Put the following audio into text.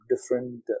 different